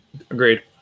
Agreed